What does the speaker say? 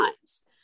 times